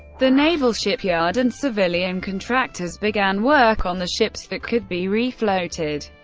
the naval shipyard, and civilian contractors began work on the ships that could be refloated.